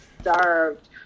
starved